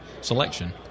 selection